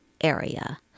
area